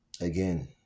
again